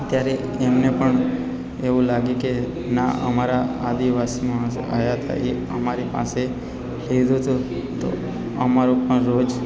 ત્યારે એમને પણ એવું લાગે કે ના અમારા આદિવાસી માણસો આવ્યા હતા એ અમારી પાસે લીધું તું તો અમારું પણ રોજ